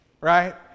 Right